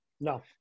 No